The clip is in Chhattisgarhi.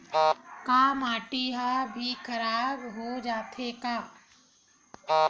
का माटी ह भी खराब हो जाथे का?